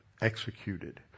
executed